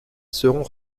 seront